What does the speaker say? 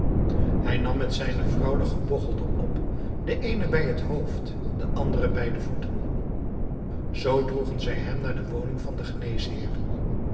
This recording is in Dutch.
hij nam met zijne vrouw den gebogchelde op de eene bij het hoofd de andere bij de voeten zoo droegen zij hem naar de woning van den